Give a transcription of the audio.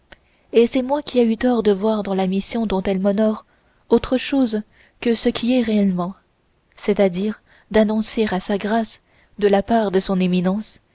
et c'est moi qui ai eu tort de voir dans la mission dont elle m'honore autre chose que ce qui est réellement c'est-à-dire d'annoncer à sa grâce de la part de son éminence